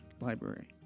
library